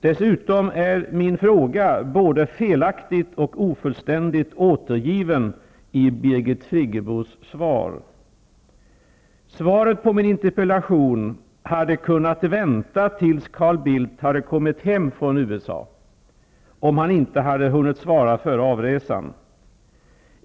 Dessutom är min fråga både felaktigt och ofullständigt återgiven i Birgit Svaret på min interpellation hade kunnat vänta tills Carl Bildt hade kommit hem från USA, om han inte hade hunnit svara före avresan.